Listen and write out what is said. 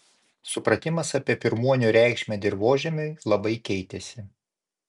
supratimas apie pirmuonių reikšmę dirvožemiui labai keitėsi